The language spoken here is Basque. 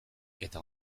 eta